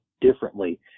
differently